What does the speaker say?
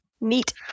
Neat